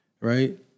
Right